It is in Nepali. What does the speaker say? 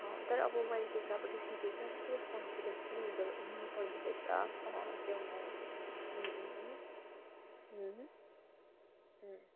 तर अब मैले त्यो कुराबाट सिकेँ कि अब सेल्फ कन्फिडेन्स पनि हुँदो हुनु पर्दो रहेछ त्यो पनि हो